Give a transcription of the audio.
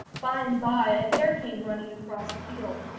by-and-by a hare came running across a field,